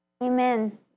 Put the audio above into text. Amen